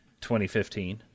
2015